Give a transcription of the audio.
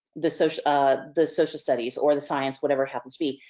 the social the social studies or the science whatever happens to be.